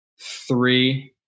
three